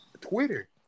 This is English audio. Twitter